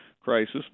crisis